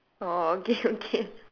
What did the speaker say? oh okay okay